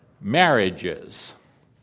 marriages